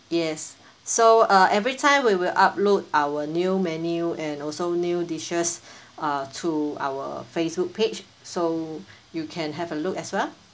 yes so uh every time we will upload our new menu and also new dishes uh to our Facebook page so you can have a look as well